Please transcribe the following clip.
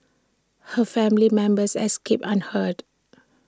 her family members escaped unhurt